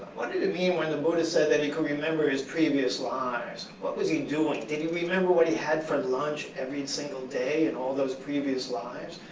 what did it mean when the buddha said that he could remember his previous lives? what was he doing? did he remember what he had for lunch every single day in all those previous lives?